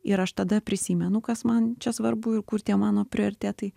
ir aš tada prisimenu kas man čia svarbu ir kur tie mano prioritetai